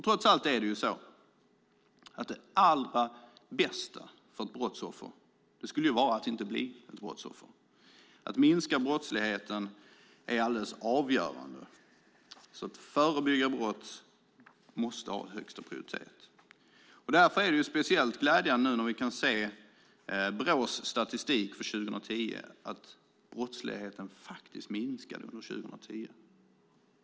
Trots allt är ju det allra bästa för ett brottsoffer att inte bli ett brottsoffer. Att minska brottsligheten är alldeles avgörande. Att förebygga brott måste ha högsta prioritet. Därför är det speciellt glädjande att vi nu i Brås statistik för 2010 kan se att brottsligheten faktiskt minskade under 2010.